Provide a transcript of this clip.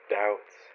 doubts